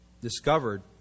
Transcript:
discovered